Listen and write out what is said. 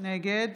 נגד